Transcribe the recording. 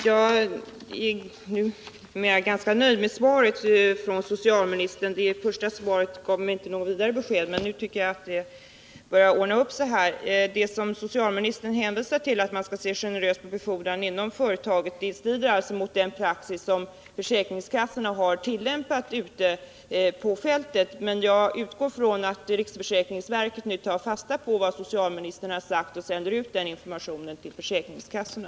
Herr talman! Jag är ganska nöjd med vad socialministern nu har sagt. Det första svaret gav mig inte något vidare besked, men nu tycker jag att det börjar ordna upp sig. Socialministern hänvisar till att man skall se generöst på befordran inom företaget; det strider visserligen mot den praxis som försäkringskassorna har tillämpat ute på fältet. Jag utgår emellertid från att riksförsäkringsverket nu tar fasta på vad socialministern har sagt och sänder ut information om det till försäkringskassorna.